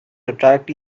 attract